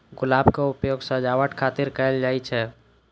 गुलाब के उपयोग सजावट खातिर कैल जाइ छै